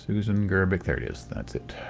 susan gerbic, there it is. that's it,